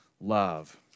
love